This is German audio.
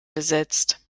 besetzt